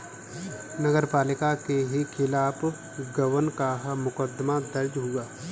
नगर पालिका के खिलाफ गबन का मुकदमा दर्ज हुआ है